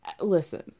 listen